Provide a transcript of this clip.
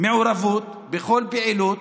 מעורבות בכל פעילות